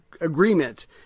agreement